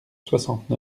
soixante